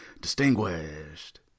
distinguished